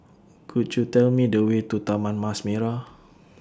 Could YOU Tell Me The Way to Taman Mas Merah